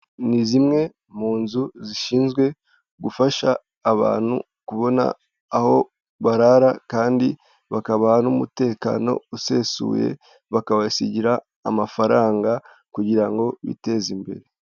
Ni zimwe mu nzu zishinzwe gufasha abantu kubona aho barara kandi bakabaha n'umutekano usesuye, bakabasigira amafaranga kugira ngo biteze imbere.